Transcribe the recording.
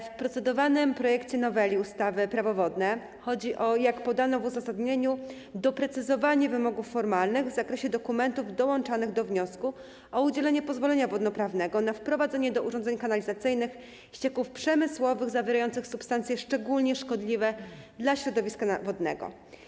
W procedowanym projekcie noweli ustawy - Prawo wodne chodzi o, jak podano w uzasadnieniu, doprecyzowanie wymogów formalnych w zakresie dokumentów dołączanych do wniosku o udzielenie pozwolenia wodno-prawnego na wprowadzenie do urządzeń kanalizacyjnych ścieków przemysłowych zawierających substancje szczególnie szkodliwe dla środowiska wodnego.